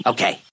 Okay